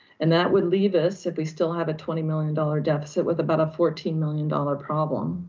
and that would leave us if we still have a twenty million dollars deficit with about a fourteen million dollars problem.